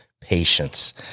Patience